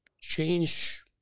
change